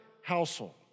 household